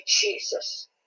Jesus